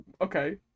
Okay